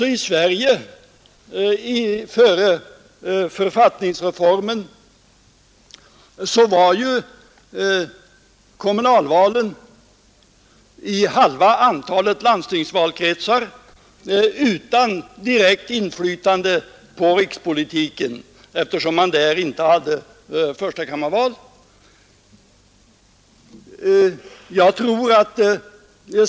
Även i Sverige var kommunalvalen före författningsreformen i halva antalet landstingsvalkretsar varje val utan direkt inflytande på rikspolitiken, eftersom man där inte hade förstakammarval.